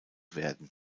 werden